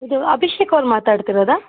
ಇದು ಅಭಿಷೇಕ್ ಅವರು ಮಾತಾಡ್ತಿರೋದ